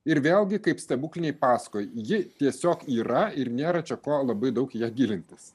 ir vėlgi kaip stebuklinėj pasakoj ji tiesiog yra ir nėra čia ko labai daug į ją gilintis